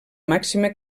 màxima